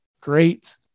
great